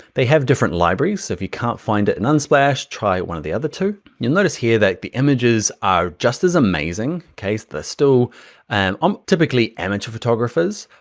they have different libraries. so if you can't find it in unsplash, try one of the other two. you'll notice here that the images are just as amazing case, they're still and um typically amateur photographers.